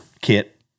kit